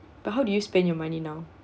but how do you spend your money now